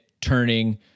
turning